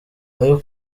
ayo